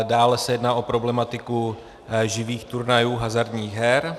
Dále se jedná o problematiku živých turnajů hazardních her.